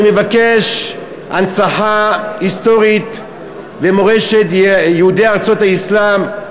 אני מבקש הנצחה היסטורית למורשת יהודי ארצות האסלאם,